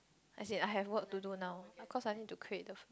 as in I have work to do now I cause I need to create the